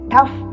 Tough